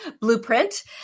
blueprint